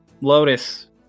Lotus